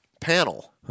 panel